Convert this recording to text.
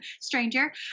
stranger